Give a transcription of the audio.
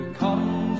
come